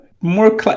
more